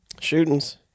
Shootings